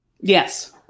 Yes